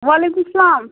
وعلیکم السلام